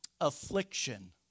affliction